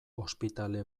ospitale